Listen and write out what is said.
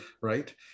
right